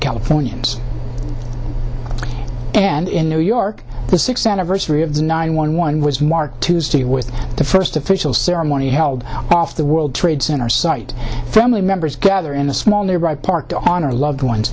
californians and in new york the sixth anniversary of the nine one one was marked tuesday with the first official ceremony held off the world trade center site family members gather in a small nearby park on our loved ones